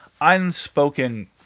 unspoken